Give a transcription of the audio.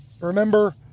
Remember